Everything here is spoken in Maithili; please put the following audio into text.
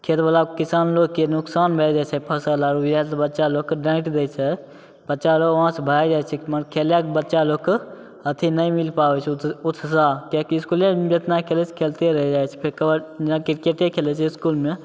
खेतवला किसानोके नोकसान भै जाइ छै फसिल आर वएहसे बच्चालोकके डाँटि दै छै बच्चालोक वहाँसे भागि जाइ छै मगर खेलैके बच्चालोकके अथी नहि मिल पाबै छै उत्साह किएकि इसकुलेमे जतना खेलै छै खेलिते रहि जाइ छै फेर जेना कबड किरकेटे खेलै छै इसकुलेमे